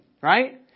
right